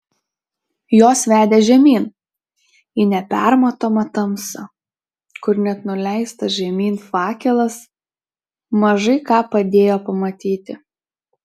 jos vedė žemyn į nepermatomą tamsą kur net nuleistas žemyn fakelas mažai ką padėjo pamatyti